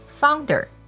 founder